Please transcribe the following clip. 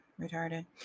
retarded